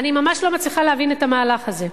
אני ממש לא מצליחה להבין את המהלך הזה.